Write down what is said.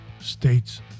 States